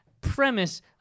premise